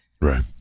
right